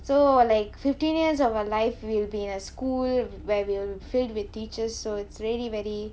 so like fifteen years of our life will be a school where we are filled with teachers so it's really very